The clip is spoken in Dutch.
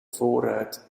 voorruit